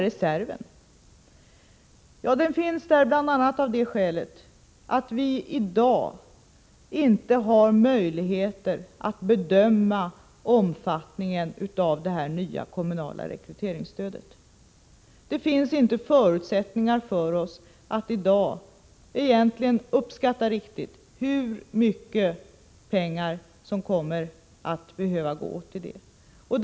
Reserven finns bl.a. av det skälet att vi i dag inte har möjligheter att bedöma omfattningen av det nya kommunala rekryteringsstödet. Det finns i daginte förutsättningar för oss att riktigt kunna uppskatta hur mycket pengar som kommer att behöva gå åt till detta.